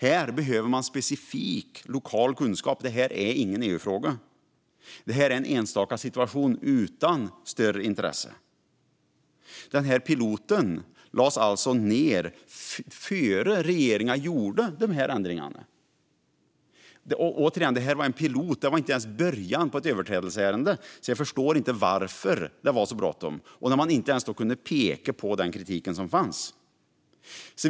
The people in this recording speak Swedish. Här behövs specifik lokal kunskap, så det är ingen EU-fråga utan en enstaka situation utan större intresse. Denna pilot lades alltså ned innan regeringen gjorde dessa ändringar. Detta var alltså en pilot och inte ens början på ett överträdelseärende, så jag förstår inte varför det var så bråttom, särskilt som man inte ens kunde peka på den kritik som fanns.